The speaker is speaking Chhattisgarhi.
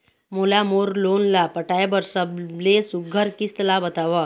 मोला मोर लोन ला पटाए बर सबले सुघ्घर किस्त ला बताव?